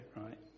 Right